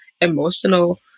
emotional